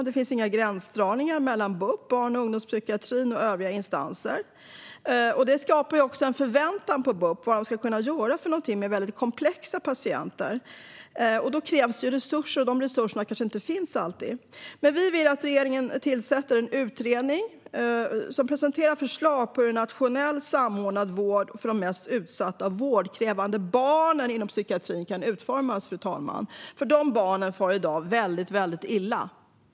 Det finns inga gränsdragningar mellan BUP, barn och ungdomspsykiatrin, och övriga instanser. Det skapar också en förväntan på BUP och vad man ska kunna göra med väldigt komplexa patienter. Det krävs resurser, och de resurserna kanske inte alltid finns. Vi vill att regeringen tillsätter en utredning som presenterar förslag för hur en nationellt samordnad vård för de mest utsatta och vårdkrävande barnen inom psykiatrin kan utformas, fru talman. De barnen far nämligen väldigt illa i dag.